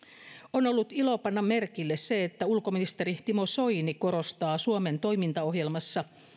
on ollut ilo panna merkille se että ulkoministeri timo soini korostaa suomen toimintaohjelmassa